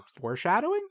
Foreshadowing